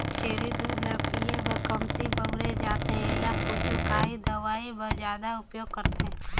छेरी दूद ल पिए बर कमती बउरे जाथे एला कुछु काही दवई बर जादा उपयोग करथे